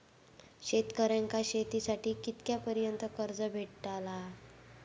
शेतकऱ्यांका शेतीसाठी कितक्या पर्यंत कर्ज भेटताला?